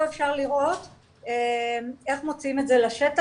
אפשר לראות איך מוציאים את זה לשטח,